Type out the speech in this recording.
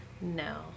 no